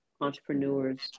entrepreneurs